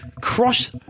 Cross